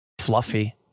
fluffy